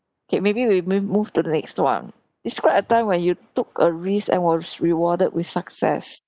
okay maybe we maybe move to the next one describe a time when you took a risk and was rewarded with success